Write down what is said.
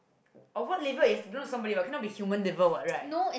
of what liver it has to belong to somebody what it cannot be human liver what right